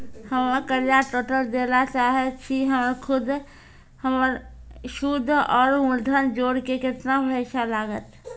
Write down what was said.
हम्मे कर्जा टोटल दे ला चाहे छी हमर सुद और मूलधन जोर के केतना पैसा लागत?